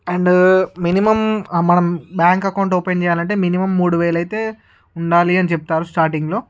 and minimum మనం bank account open చేయాలంటే minimum మూడు వేలు అయితే ఉండాలి అని చెప్తారు స్టార్టింగ్లో